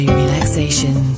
relaxation